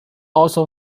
also